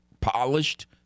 polished